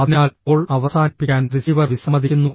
അതിനാൽ കോൾ അവസാനിപ്പിക്കാൻ റിസീവർ വിസമ്മതിക്കുന്നു